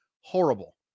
horrible